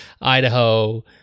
Idaho